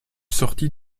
sorti